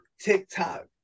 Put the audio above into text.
TikTok